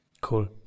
Cool